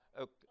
Okay